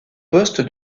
poste